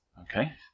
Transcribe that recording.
Okay